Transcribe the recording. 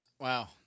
Wow